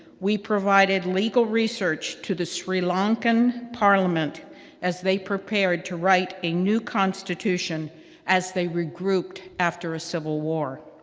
we provided legal research to the sri lankan parliament as they prepared to write a new constitution as they regrouped after a civil war.